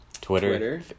Twitter